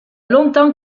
longtemps